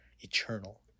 eternal